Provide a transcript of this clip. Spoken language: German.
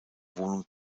wohnung